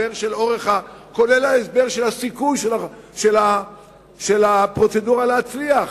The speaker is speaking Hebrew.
כולל ההסבר של הסיכוי של הפרוצדורה להצליח.